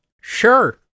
Sure